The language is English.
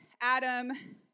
Adam